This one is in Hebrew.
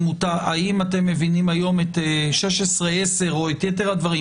האם אתם מבינים היום את 16(א)(10) או את יתר הדברים